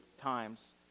times